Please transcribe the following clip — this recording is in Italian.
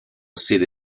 sede